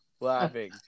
Laughing